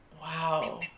Wow